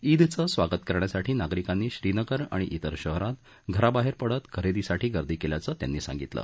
ईदचं स्वागत करण्यासाठी नागरिकांनी श्रीनगर आणि विर शहरात घराबाहेर पडत खरेदीसाठी गर्दी केल्याचं त्यांनी सांगितलं